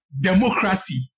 democracy